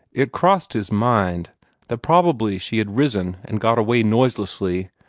it crossed his mind that probably she had risen and got away noiselessly,